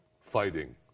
Fighting